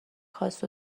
خواست